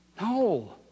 No